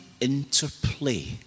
interplay